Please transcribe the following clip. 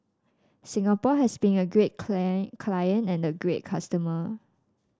Singapore has been a great clay client and a great customer